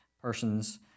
persons